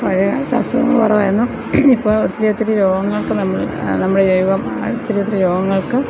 പഴയകാലത്ത് അസുഖം കുറവായിരുന്നു ഇപ്പോൾ ഒത്തിരി ഒത്തിരി രോഗങ്ങൾക്ക് നമ്മൾ നമ്മൾ ഒത്തിരി ഒത്തിരി രോഗങ്ങൾക്ക്